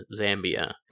zambia